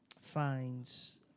finds